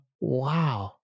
wow